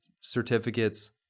certificates